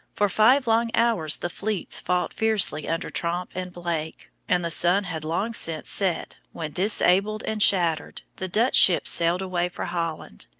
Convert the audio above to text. for five long hours the fleets fought fiercely under tromp and blake, and the sun had long since set when, disabled and shattered, the dutch ships sailed away for holland,